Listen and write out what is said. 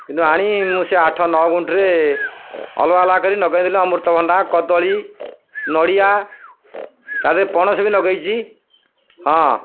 କିନ୍ତୁ ଆଣି ମୁଁ ସେ ଆଠ ନଅ ଗୁଣ୍ଠରେ ଅଲଗା ଅଲଗା କରି ଲଗାଇଦେଲି ଅମୃତଭଣ୍ଡା କଦଳୀ ନଡ଼ିଆ ତାେରେ ପଣସ ବି ଲଗାଇଛି ହଁ